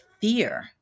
fear